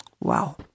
Wow